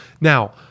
Now